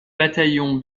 bataillon